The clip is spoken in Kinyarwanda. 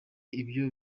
ibyo